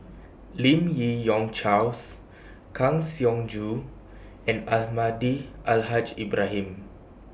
Lim Yi Yong Charles Kang Siong Joo and Almahdi Al Haj Ibrahim